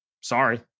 Sorry